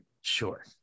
sure